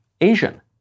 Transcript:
Asian